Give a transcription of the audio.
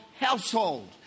household